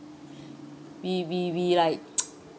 we we we like